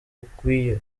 bukwiye